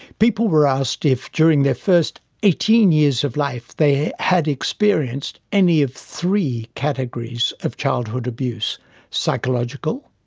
people were asked if, during their first eighteen years of life, they had experienced any of three categories of childhood abuse psychological